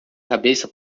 cabeça